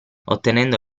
ottenendo